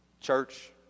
Church